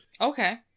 Okay